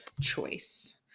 choice